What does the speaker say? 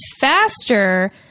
faster